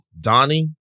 Donnie